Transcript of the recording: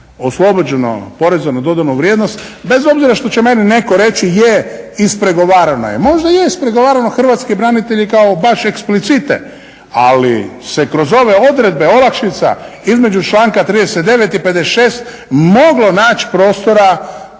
oslobođeno porezom na dodanu vrijednost. Bez obzira što će meni netko reći je, ispregovarano je, možda je ispregovarano, hrvatski branitelji kao baš eksplicite, ali se kroz ove odredbe olakšica između članka 39. i 56. moglo naći prostora